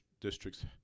districts